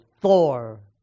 Thor